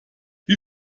wie